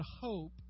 hope